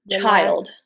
child